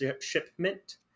shipment